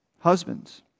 Husbands